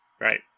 Right